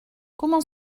comment